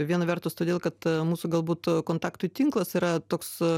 viena vertus todėl kad mūsų galbūt kontaktų tinklas yra toks